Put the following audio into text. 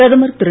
பிரதமர் திரு